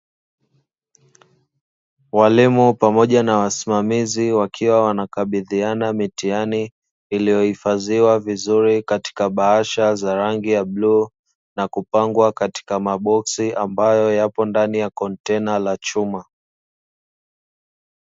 Walimu pamoja na wasimamizi wakiwa wanakabidhiana mitihani iliyohifadhiwa vizuri katika bahasha za rangi ya bluu na kupangwa katika maboksi ambayo yapo ndani ya kontena la chuma.